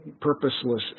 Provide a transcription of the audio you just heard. purposeless